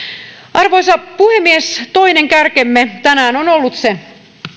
arvoisa puhemies toinen kärkemme tänään on ollut se